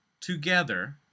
together